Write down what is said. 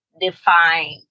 define